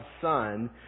Son